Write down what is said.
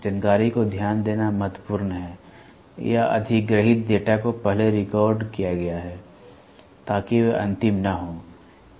जानकारी को ध्यान देना महत्वपूर्ण है या अधिग्रहीत डेटा को पहले रिकॉर्ड किया गया है ताकि वे अंतिम न हों